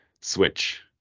switch